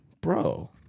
bro